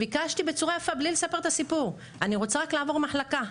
ביקשתי בצורה יפה בלי לספר את הסיפור שאני רוצה לעבור מחלקה.